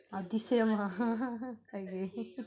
ah D_C_M